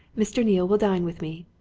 mr. neale will dine with me.